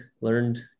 learned